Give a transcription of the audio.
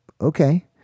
Okay